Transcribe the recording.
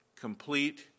complete